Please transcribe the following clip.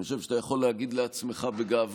אני חושב שאתה יכול להגיד לעצמך בגאווה